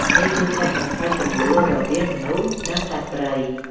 នេះជួយកាត់បន្ថយជម្លោះរវាងមនុស្ស និងសត្វព្រៃ។